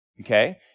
Okay